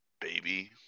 baby